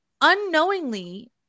unknowingly